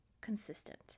consistent